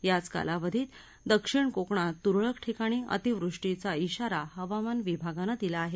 याच कालावधीत दक्षिण कोकणात तुरळक ठिकाणी अतिवृष्टीचा श्रारा हवामान विभागानं दिला आहे